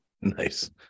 Nice